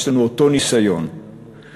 יש לנו אותו ניסיון עסקי.